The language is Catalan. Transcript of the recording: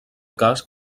cas